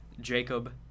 Jacob